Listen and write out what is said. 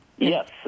Yes